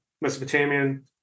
Mesopotamian